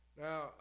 Now